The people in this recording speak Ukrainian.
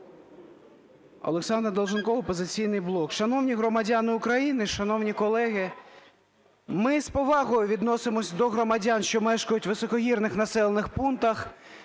Олександр Долженков, "Опозиційний блок". Шановні громадяни України, шановні колеги! Ми з повагою відносимося до громадян, що мешкають у високогірних населених пунктах